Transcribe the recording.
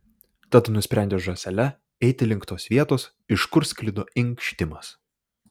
tad nusprendė žąsele eiti link tos vietos iš kur sklido inkštimas